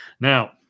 Now